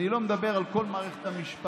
אני לא מדבר על כל מערכת המשפט,